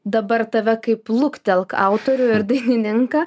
dabar tave kaip luktelk autorių ir dainininką